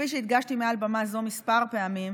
כפי שהדגשתי מעל במה זו כמה פעמים,